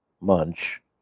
Munch